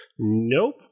Nope